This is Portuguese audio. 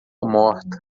morta